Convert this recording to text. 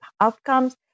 outcomes